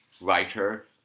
writer